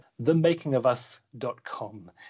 themakingofus.com